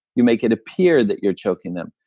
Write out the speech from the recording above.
you make it appear that you're choking them.